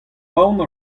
aon